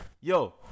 Yo